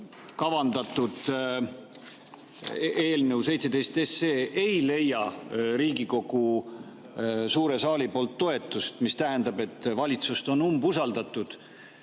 kavandatud eelnõu 17 ei leia Riigikogu suure saali toetust, mis tähendaks, et valitsust on umbusaldatud,